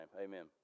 amen